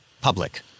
Public